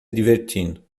divertindo